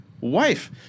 Wife